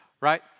Right